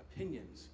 opinions